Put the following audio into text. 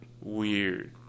weird